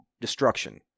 Destruction